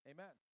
Amen